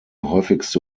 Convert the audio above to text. häufigste